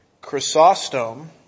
Chrysostom